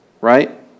right